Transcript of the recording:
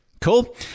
Cool